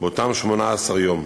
באותם 18 יום,